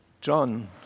John